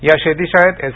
या शेती शाळेत एस